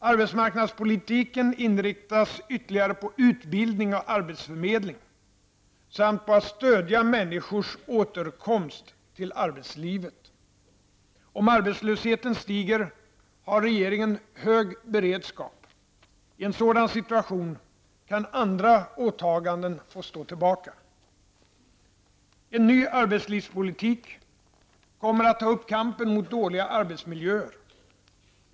Arbetsmarknadspolitiken inriktas ytterligare på utbildning och arbetsförmedling samt på att stödja människors återkomst till arbetslivet. Om arbetslösheten stiger har regeringen hög beredskap. I en sådan situation kan andra åtaganden få stå tillbaka. En ny arbetslivspolitik kommer att ta upp kampen mot dåliga arbetsmiljöer.